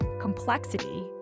complexity